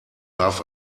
warf